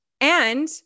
And-